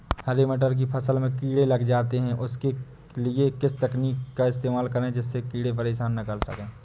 हरे मटर की फसल में कीड़े लग जाते हैं उसके लिए किस तकनीक का इस्तेमाल करें जिससे कीड़े परेशान ना कर सके?